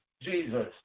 Jesus